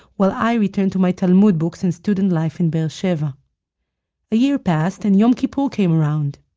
while i returned to my talmud books and student life in be'er sheva a year passed, and yom kippur came around.